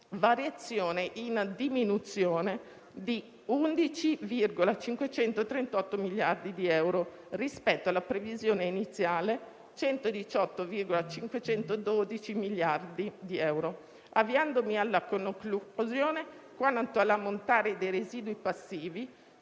variazione in diminuzione di 11,538 miliardi di euro rispetto alla previsione iniziale di 118,512 miliardi di euro. Avviandomi alla conclusione, quanto all'ammontare dei residui passivi,